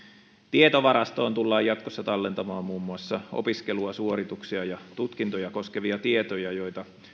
tietovarastoon tullaan jatkossa tallentamaan muun muassa opiskelua suorituksia ja tutkintoja koskevia tietoja joita